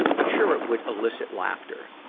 i'm sure it would elicit laughter.